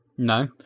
No